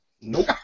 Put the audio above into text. Nope